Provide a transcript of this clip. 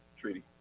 treaty